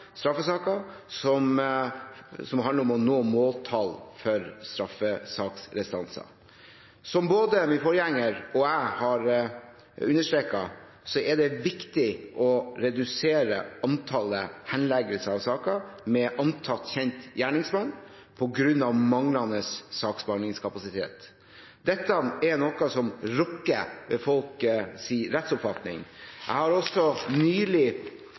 nå måltall for straffesaksrestanser. Som både min forgjenger og jeg har understreket, er det viktig å redusere antallet henleggelser av saker med antatt kjent gjerningsmann på grunn av manglende saksbehandlingskapasitet. Dette er noe som rokker ved folks rettsoppfatning. Jeg har nylig også